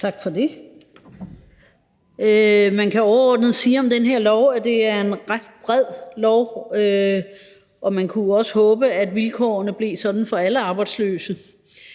Tak for det. Man kan overordnet sige om det her lovforslag, at det er et ret bredt lovforslag, og man kunne også håbe, at vilkårene blev sådan for alle arbejdsløse.